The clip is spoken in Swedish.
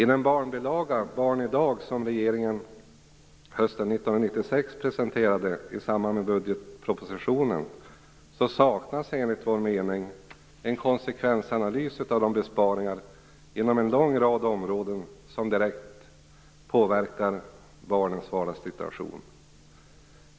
I den barnbilaga, Barn i dag, som regeringen presenterade hösten 1996 i samband med budgetpropositionen saknas enligt vår mening en konsekvensanalys av de besparingar inom en lång rad områden som direkt påverkar barnens vardagssituation.